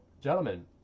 gentlemen